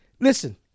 listen